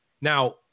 Now